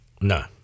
No